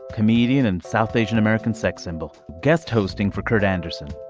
comedian and south asian-american sex symbol. guest hosting for kurt anderson.